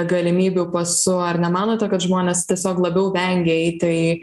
galimybių pasu ar nemanote kad žmonės tiesiog labiau vengia eiti į